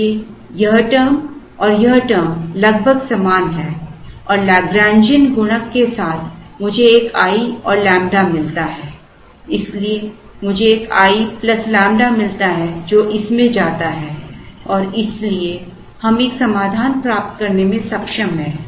इसलिए यह term और यह term लगभग समान हैं और लैग्रैन्जियन गुणक के साथ मुझे एक i और लैम्बडा मिलता है जो इसमें जाता है और इसलिए हम एक समाधान प्राप्त करने में सक्षम हैं